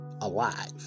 alive